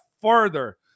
further